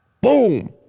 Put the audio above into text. Boom